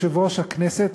באישור יושב-ראש הכנסת,